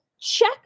Check